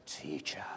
teacher